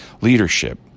leadership